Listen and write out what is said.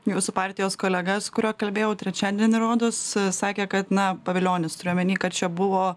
jūsų partijos kolega su kurio kalbėjau trečiadienį rodos sakė kad na pavilionis turiu omeny kad čia buvo